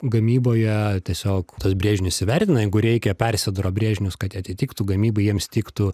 gamyboje tiesiog tuos brėžinius įvertina jeigu reikia persidaro brėžinius kad atitiktų gamybai jiems tiktų